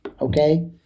Okay